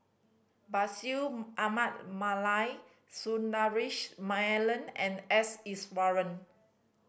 Bashir Ahmad Mallal Sundaresh Menon and S Iswaran